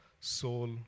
soul